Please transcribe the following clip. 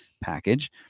package